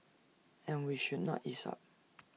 and we should not ease up